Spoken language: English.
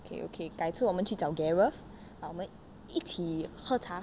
okay okay 改次我们去找 gareth 我们一起喝茶